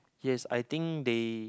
yes I think they